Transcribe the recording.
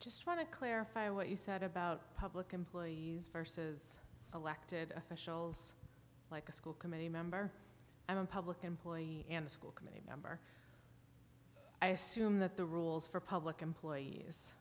want to clarify what you said about public employees verses elected officials like a school committee member and in public employee and school committee member i assume that the rules for public employees